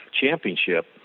championship